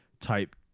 type